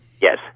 Yes